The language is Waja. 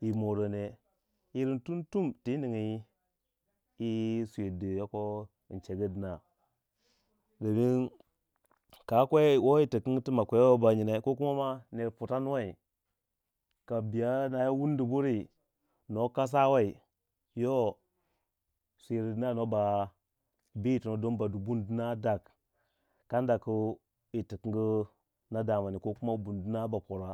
yi morene, yiring tumtum ti ningi yi swiri di yoko in chengu dina, domin ka kwei, woyi tiking ti ma kwewei banyina ko kuma ma ner putanoi ka biya nau wundi buri no kasawei yo swiri dina noba bi yitono ding ba du bundina dak kanda ku yitiking ba damani ko kuma bundina ba pora.